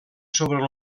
sobre